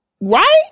right